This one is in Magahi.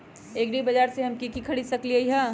एग्रीबाजार से हम की की खरीद सकलियै ह?